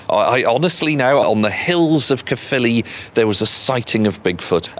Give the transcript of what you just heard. i honestly now on the heels of caerphilly there was a sighting of bigfoot.